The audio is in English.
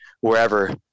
wherever